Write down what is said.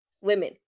women